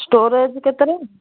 storage କେତେ ରହୁଛି